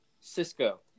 Cisco